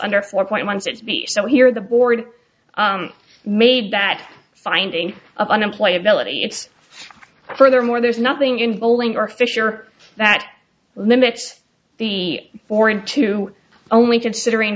under four point one six b so here the board made that finding of unemployed ability it's furthermore there is nothing in bowling or fisher that limits the foreign to only considering